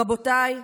רבותיי,